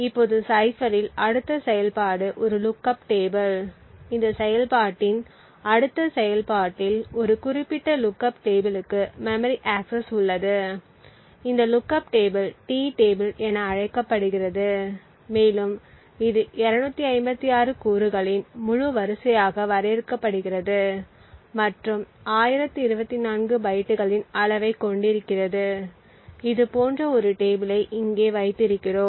இப்போது சைஃப்பரில் அடுத்த செயல்பாடு ஒரு லுக்கப் டேபிள் இந்த செயல்பாட்டின் அடுத்த செயல்பாட்டில் ஒரு குறிப்பிட்ட லுக்கப் டேபிளுக்கு மெமரி ஆக்கசஸ் உள்ளது இந்த லுக்கப் டேபிள் டி டேபிள் என அழைக்கப்படுகிறது மேலும் இது 256 கூறுகளின் முழு வரிசையாக வரையறுக்கப்படுகிறது மற்றும் 1024 பைட்டுகளின் அளவைக் கொண்டிருக்கிறது இதுபோன்ற ஒரு டேபிளை இங்கே வைத்திருக்கிறோம்